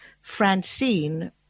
Francine